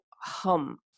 hum